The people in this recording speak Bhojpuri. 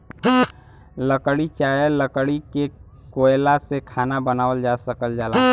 लकड़ी चाहे लकड़ी के कोयला से खाना बनावल जा सकल जाला